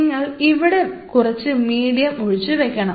നിങ്ങൾ ഇവിടെ കുറച്ച് മീഡിയം ഒഴിച്ചു വയ്ക്കണം